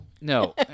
no